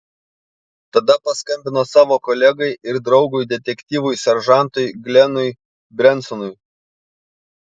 tada paskambino savo kolegai ir draugui detektyvui seržantui glenui brensonui